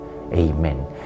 Amen